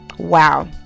Wow